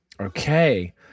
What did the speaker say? Okay